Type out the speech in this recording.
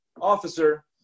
officer